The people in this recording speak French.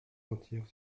entière